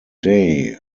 day